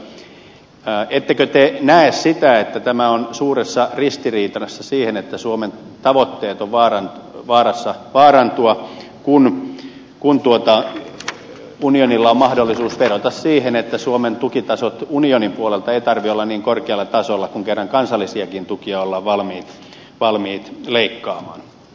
ettekö te näe sitä että tämä on suuressa ristiriidassa sen kanssa että suomen tavoitteet ovat vaarassa vaarantua kun unionilla on mahdollisuus vedota siihen että suomen tukitasojen unio nin puolelta ei tarvitse olla niin korkealla tasolla kun kerran kansallisiakin tukia ollaan valmiit leikkaamaan